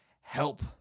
help